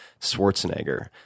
Schwarzenegger